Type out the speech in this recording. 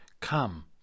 come